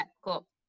cool